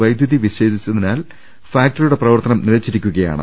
വൈദ്യുതി വിച്ഛേദിച്ചതിനാൽ ഫാക്ടറി യുടെ പ്രവർത്തനം നിലച്ചിരിക്കുകയാണ്